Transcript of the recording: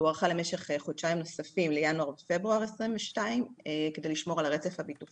הוארכה למשך חודשיים נוספים ינואר ופברואר 2022 וזאת על מנת